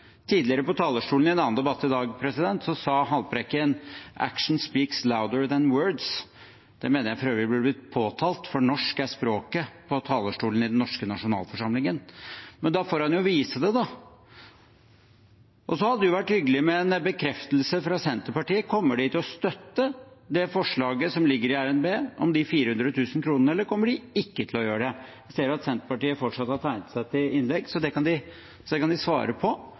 tidligere i dag sa Haltbrekken: «Action speaks louder than words.» Det mener jeg for øvrig burde blitt påtalt, for norsk er språket på talerstolen i den norske nasjonalforsamlingen. Men da får han jo vise det. Så hadde det vært hyggelig med en bekreftelse fra Senterpartiet: Kommer de til å støtte det forslaget som ligger i RNB, om de 400 000 kronene, eller kommer de ikke til å gjøre det? Jeg ser at Senterpartiet fortsatt har tegnet seg til innlegg, så det kan de svare på